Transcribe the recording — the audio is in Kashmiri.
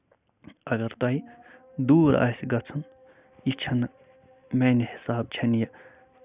اَگر تۄہہِ دوٗر آسہِ گژھُن یہِ چھِنہٕ میانہِ حِسابہٕ چھےٚ نہٕ یہِ